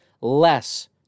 less